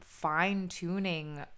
fine-tuning